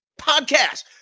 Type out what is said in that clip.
podcast